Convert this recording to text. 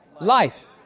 Life